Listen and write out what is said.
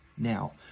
Now